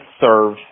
serve